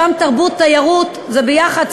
שם תרבות ותיירות זה יחד,